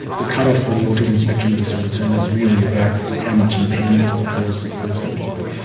the cut-off for the autism spectrum disorder term is really about how much impairment does it cause to the person's life.